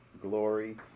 glory